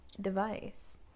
device